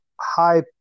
high